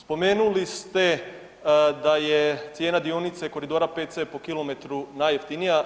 Spomenuli ste da je cijena dionice koridora 5C po kilometru najjeftinija.